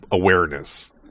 awareness